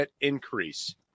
increase